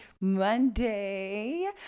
Monday